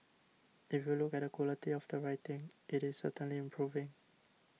if you look at the quality of the writing it is certainly improving